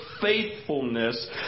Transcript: faithfulness